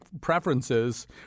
preferences